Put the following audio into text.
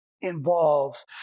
involves